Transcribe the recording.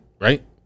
Right